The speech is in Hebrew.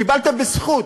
קיבלתם בזכות,